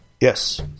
Yes